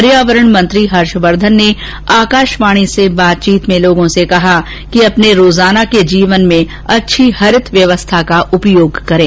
पर्यावरण मंत्री हर्षवर्धन ने आकाशवाणी से बातचीत में लोगों से कहा कि अपने रोजाना के जीवन में अच्छी हरित व्यवस्था का उपयोग करें